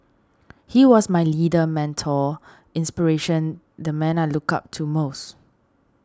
he was my leader mentor inspiration the man I looked up to most